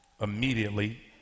Immediately